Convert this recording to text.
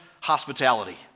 hospitality